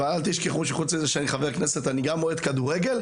שחוץ מזה שאני חבר כנסת אני גם אוהד כדורגל,